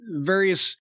various